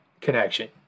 connection